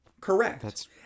correct